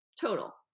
Total